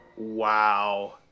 Wow